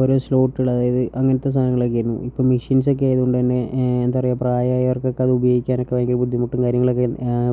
ഓരോ സ്ലോട്ടുകൾ അതായത് അങ്ങനത്തെ സാധനങ്ങളൊക്കെെ ആയിരുന്നു ഇപ്പം മിഷീൻസൊക്കെ ആയതുകൊണ്ടുതന്നെ എന്താ പറയുക പ്രായമായവർക്കൊക്കെ അത് ഉപയോഗിക്കാനൊക്കെ ഭയങ്കര ബുദ്ധിമുട്ടും കാര്യങ്ങളൊക്കെ